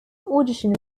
audition